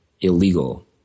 illegal